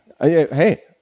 Hey